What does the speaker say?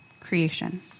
creation